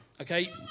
Okay